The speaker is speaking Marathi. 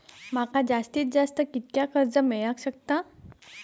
माका जास्तीत जास्त कितक्या कर्ज मेलाक शकता?